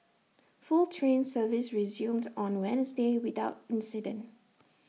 full train service resumed on Wednesday without incident